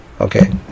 Okay